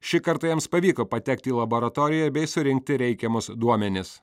šį kartą jiems pavyko patekti į labaratoriją bei surinkti reikiamus duomenis